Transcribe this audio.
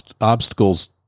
obstacles